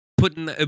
putting